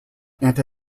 anti